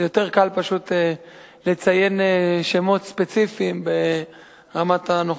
זה יותר קל פשוט לציין שמות ספציפיים ברמת הנוכחות.